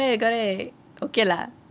correct correct okay lah